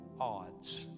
odds